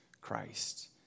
Christ